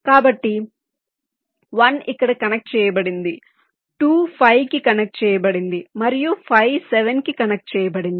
కాబట్టి 1 ఇక్కడ కనెక్ట్ చేయబడింది 2 5 కి కనెక్ట్ చేయబడింది మరియు 5 7 కి కనెక్ట్ చేయబడింది